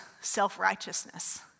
self-righteousness